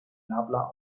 nabla